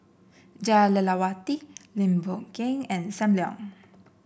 Jah Lelawati Lim Boon Keng and Sam Leong